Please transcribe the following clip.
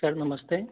sir नमस्ते